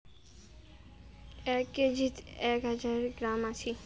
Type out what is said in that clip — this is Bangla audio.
এক কেজিত এক হাজার গ্রাম আছি